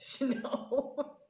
No